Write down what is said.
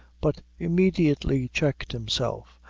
but immediately checked himself,